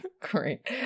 Great